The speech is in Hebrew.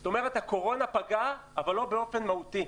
זאת אומרת, הקורונה פגעה, אבל לא באופן מהותי.